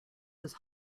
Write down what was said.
was